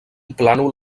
plànol